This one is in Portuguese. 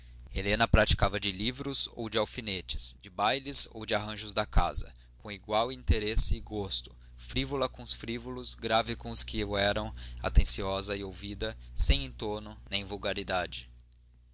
helena praticava de livros ou de alfinetes de bailes ou de arranjos de casa com igual interesse e gosto frívola com os frívolos grave com os que o eram atenciosa e ouvida sem entono nem